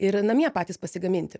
ir namie patys pasigaminti